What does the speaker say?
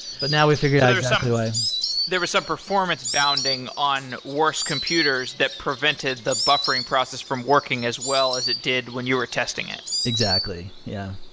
but now, we've figured out exactly why there were some performance bounding on worst computers that prevented the buffering process from working as well as it did when you were testing it exactly. yeah.